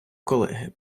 колеги